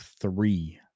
three